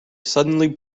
suddenly